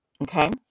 okay